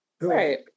right